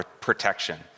protection